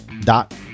dot